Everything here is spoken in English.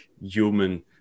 human